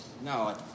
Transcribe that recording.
No